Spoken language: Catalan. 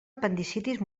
apendicitis